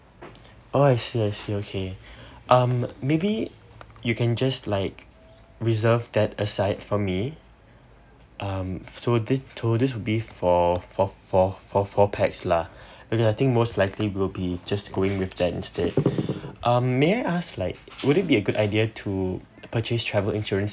oh I see I see okay um maybe you can just like reserved that aside for me um so this so this would be for for for for four pax lah because I think most likely we'll be just going with that instead um may I ask like would it be a good idea to purchase travel insurance